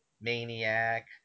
Maniac